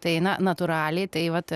tai na natūraliai tai vat